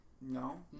No